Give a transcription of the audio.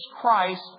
Christ